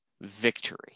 Victory